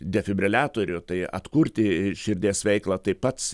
defibriliatorių tai atkurti širdies veiklą tai pats